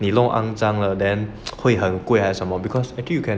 你弄肮脏了 then 会很贵还是什么 because actually you can